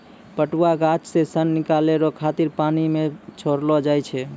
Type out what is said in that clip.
पटुआ गाछ से सन निकालै रो खातिर पानी मे छड़ैलो जाय छै